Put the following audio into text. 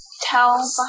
tell